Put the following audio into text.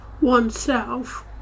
oneself